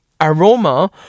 aroma